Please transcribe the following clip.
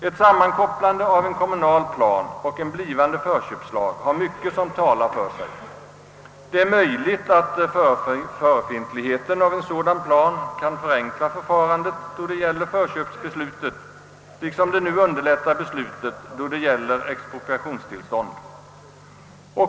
Ett sammankopplande av en kommunal plan och en blivande förköpslag har mycket som talar för sig. Det är möjligt att förefintligheten av en sådan plan kan förenkla förfarandet då det gäller förköpsbeslutet, liksom den nu underlättar beslutet då det gäller expropriationstillstånd.